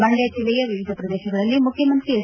ಮಂಡ್ಯ ಜಿಲ್ಲೆಯ ವಿವಿಧ ಪ್ರದೇಶಗಳಲ್ಲಿ ಮುಖ್ಯಮಂತ್ರಿ ಹೆಚ್